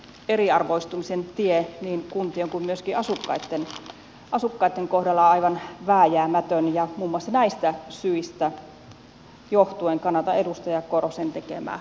eriarvoistumisen tie niin kuntien kuin myöskin asukkaitten kohdalla on aivan vääjäämätön ja muun muassa näistä syistä johtuen kannatan edustaja korhosen tekemää lausumaesitystä